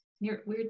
weird